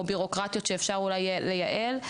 או בירוקרטיות שאפשר אולי לייעל.